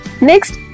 Next